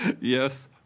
Yes